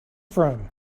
from